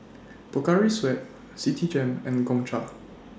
Pocari Sweat Citigem and Gongcha